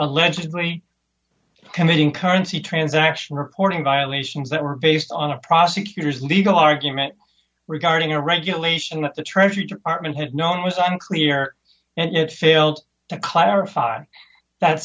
allegedly committing currency transaction reporting violations that were based on a prosecutor's legal argument regarding a regulation that the treasury department had known was unclear and it failed to clarify that